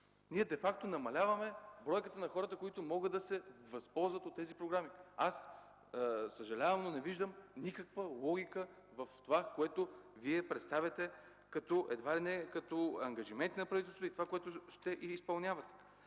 ние де факто намаляваме бройката на хората, които могат да се възползват от тези програми. Съжалявам, но аз не виждам никаква логика в това, което Вие представяте едва ли не като ангажимент на правителството, и това, което ще изпълнявате.